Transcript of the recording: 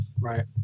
Right